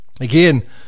Again